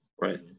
right